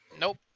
Nope